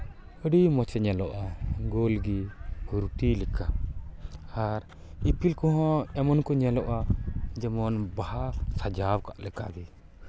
ᱟᱹᱰᱤ ᱢᱚᱡᱮ ᱧᱮᱞᱚᱜᱼᱟ ᱜᱳᱞ ᱜᱮ ᱜᱩᱨᱴᱷᱤ ᱞᱮᱠᱟ ᱟᱨ ᱤᱯᱤᱞ ᱠᱚᱦᱚᱸ ᱮᱢᱚᱱ ᱠᱚ ᱧᱮᱞᱚᱜᱼᱟ ᱡᱮᱢᱚᱱ ᱵᱟᱦᱟ ᱥᱟᱡᱟᱣ ᱠᱟᱜ ᱞᱮᱠᱟᱜᱮ